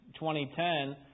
2010